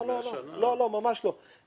לא, ממש לא.